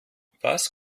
was